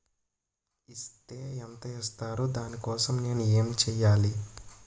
Is తే ఎంత ఇస్తారు దాని కోసం నేను ఎంచ్యేయాలి?